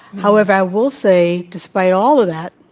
however, i will say, despite all of that,